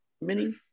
mini